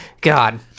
God